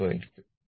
732 ആയിരിക്കും